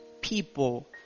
people